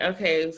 Okay